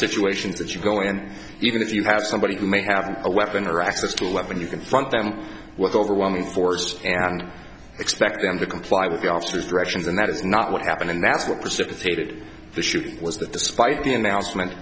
situations that you go in and even if you have somebody who may have a weapon or access to a weapon you confront them with overwhelming force and expect them to comply with the officer's directions and that is not what happened and that's what precipitated the shoot was that despite the announcement